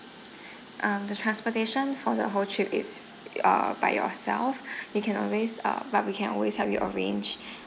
um the transportation for the whole trip is uh by yourself you can always uh but we can always help you arrange